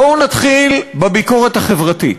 בואו נתחיל בביקורת החברתית,